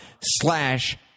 slash